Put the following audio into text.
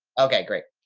okay, great.